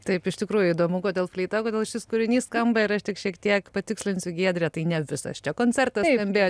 taip iš tikrųjų įdomu kodėl fleita kodėl šis kūrinys skamba ir aš tik šiek tiek patikslinsiu giedrę tai ne visas čia koncertas skambėjo